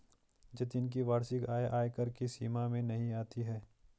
जतिन की वार्षिक आय आयकर की सीमा में नही आती है